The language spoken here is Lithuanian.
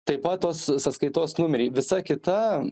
taip pat tos sąskaitos numerį visa kita